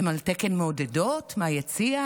הם על תקן מעודדות מהיציע?